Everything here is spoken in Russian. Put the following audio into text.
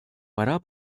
пора